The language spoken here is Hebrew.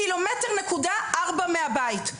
1.4 ק"מ מהבית.